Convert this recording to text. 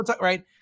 Right